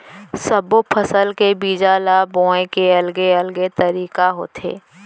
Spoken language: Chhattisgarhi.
सब्बो फसल के बीजा ल बोए के अलगे अलगे तरीका होथे